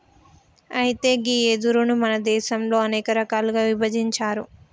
అయితే గీ వెదురును మన దేసంలో అనేక రకాలుగా ఇభజించారు